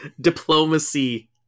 diplomacy